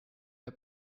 der